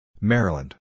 Maryland